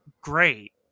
great